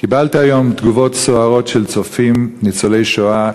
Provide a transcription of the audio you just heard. קיבלתי היום תגובות סוערות מצופים ניצולי שואה,